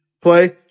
play